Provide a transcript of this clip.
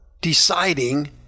deciding